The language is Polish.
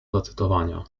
zacytowania